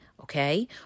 Okay